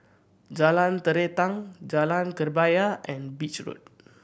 Jalan Terentang Jalan Kebaya and Beach Road